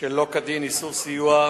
שלא כדין (איסור סיוע)